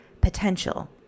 potential